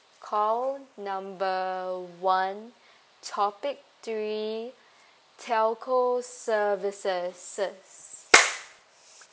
call number one topic three telco services ~ces